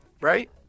Right